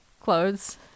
clothes